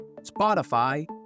Spotify